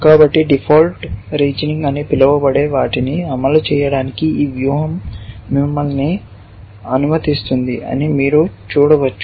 కాబట్టి default reasoning అని పిలువబడే వాటిని అమలు చేయడానికి ఈ వ్యూహం మిమ్మల్ని అనుమతిస్తుంది అని మీరు చూడవచ్చు